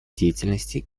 деятельности